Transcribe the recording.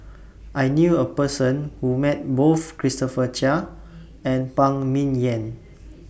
I knew A Person Who Met Both Christopher Chia and Phan Ming Yen